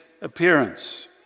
appearance